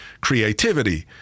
creativity